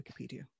Wikipedia